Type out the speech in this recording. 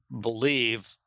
believe